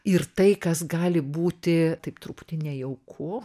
ir tai kas gali būti taip truputį nejauku